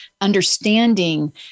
understanding